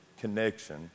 connection